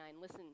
Listen